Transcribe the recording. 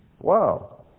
Wow